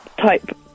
type